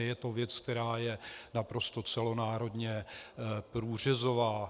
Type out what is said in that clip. Je to věc, která je naprosto celonárodně průřezová.